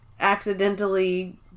accidentally